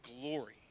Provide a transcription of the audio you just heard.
glory